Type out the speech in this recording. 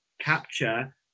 capture